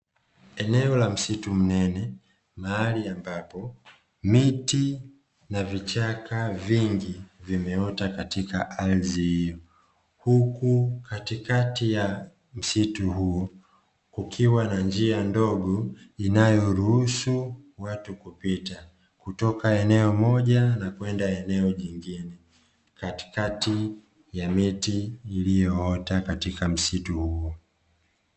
Eneo la msitu mnene, mahali ambapo miti na vichaka vingi vimeota katika ardhi hiyo, huku katikati ya msitu huo kukiwa na njia ndogo inayoruhusu watu kupita, kutoka eneo moja na kwenda eneo jingine katikati ya miti iliyoota katika msitu huo.